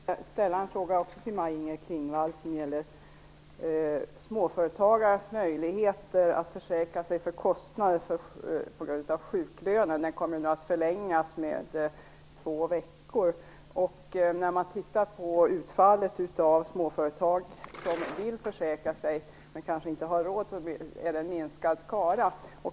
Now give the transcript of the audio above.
Fru talman! Jag vill också ställa en fråga till Maj Inger Klingvall. Den gäller småföretagares möjligheter att försäkra sig för kostnader på grund av sjuklönen. Den kommer ju nu att förlängas med två veckor. När man tittar på utfallet av småföretag som vill försäkra sig, men som kanske inte har råd, kan man se att det är en minskad skara.